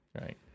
right